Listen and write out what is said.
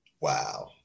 Wow